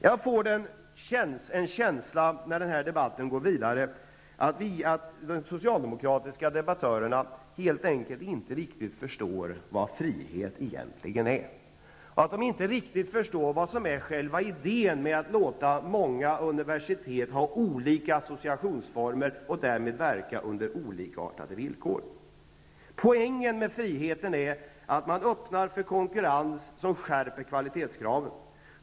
Jag får en känsla, när debatten går vidare, av att de socialdemokratiska debattörerna helt enkelt inte riktigt förstår vad frihet egentligen är, inte riktigt förstår vad som är själva idén med att låta många universitet ha olika associationsformer och därmed verka under olikartade villkor. Poängen med friheten är för det första att man öppnar för konkurrens som skärper kvalitetskraven.